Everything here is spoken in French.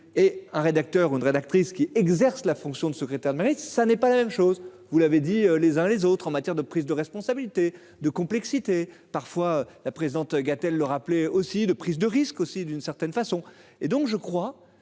et un rédacteur une rédactrice qui exerce la fonction de secrétaire mais ça n'est pas la même chose, vous l'avez dit les uns les autres en matière de prise de responsabilité de complexité parfois la présente Gatel le rappeler aussi de prise de risque aussi d'une certaine façon et donc je crois